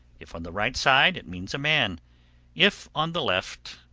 if on the right side, it means a man if on the left,